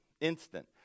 Instant